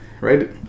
right